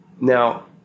Now